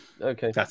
Okay